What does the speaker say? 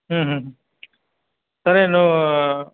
సరే నువ్వు